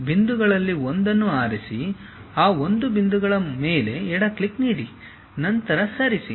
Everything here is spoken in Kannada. ಬಿಂದುಗಳಲ್ಲಿ ಒಂದನ್ನು ಆರಿಸಿ ಆ ಒಂದು ಬಿಂದುಗಳ ಮೇಲೆ ಎಡ ಕ್ಲಿಕ್ ನೀಡಿ ನಂತರ ಸರಿಸಿ